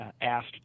asked